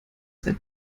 sein